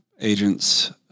agents